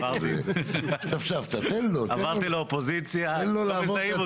עברתי לאופוזיציה, לא מזהים אותי.